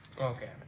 Okay